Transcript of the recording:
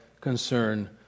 concern